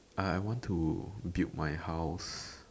ah I want to build my house